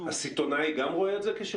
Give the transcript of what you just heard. גם הסיטונאי רואה את זה?